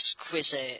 exquisite